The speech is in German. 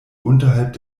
unterhalb